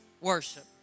worship